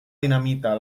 dinamita